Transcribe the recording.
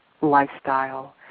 lifestyle